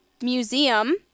Museum